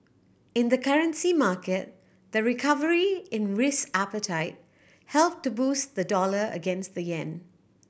in the currency market the recovery in risk appetite helped to boost the dollar against the yen